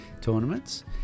tournaments